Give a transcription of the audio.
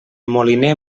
moliner